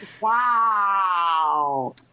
wow